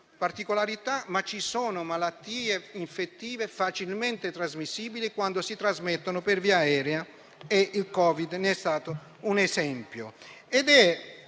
ma ci sono malattie infettive facilmente trasmissibili quando si trasmettono per via aerea, e il Covid-19 ne è stato un esempio.